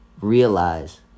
realize